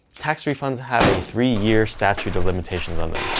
tax refunds have a three-year statute of limitations on them.